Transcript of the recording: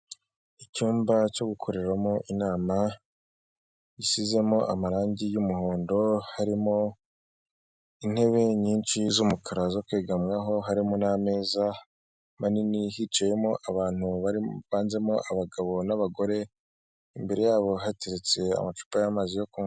Icyumba cyo gukoreramo inama gisizemo amarangi y'umuhondo, harimo intebe nyinshi z'umukara zo kwegamwaho, harimo n'ameza manini hicayemo abantu bavanzemo abagabo n'abagore, imbere yabo hateretse amacupa y'amazi yo kunywa.